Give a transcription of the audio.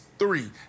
three